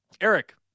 Eric